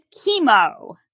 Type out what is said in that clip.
chemo